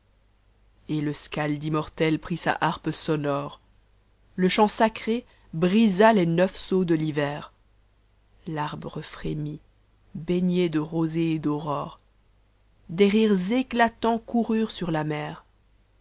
et le skalde immortel prit sa harpe sonore le chant sacré brisa les neuf sceaux de l'hiver l'arbre frémit baigné de rosée et d'aurore des rires éclatants coururent sur la mer